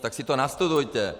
Tak si to nastudujte!